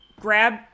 Grab